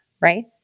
right